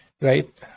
right